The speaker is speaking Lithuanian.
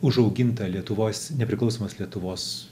užauginta lietuvos nepriklausomos lietuvos